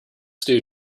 stew